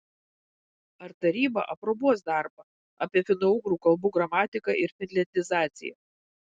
ar taryba aprobuos darbą apie finougrų kalbų gramatiką ir finliandizaciją